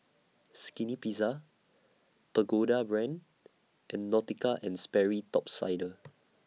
Skinny Pizza Pagoda Brand and Nautica and Sperry Top Sider